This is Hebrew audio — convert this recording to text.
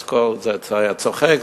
אז זה היה צוחק,